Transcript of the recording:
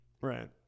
Right